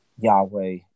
Yahweh